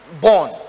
born